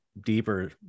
deeper